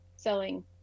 selling